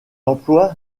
emploie